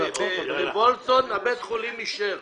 בוולפסון בית החולים אישר.